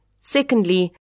Secondly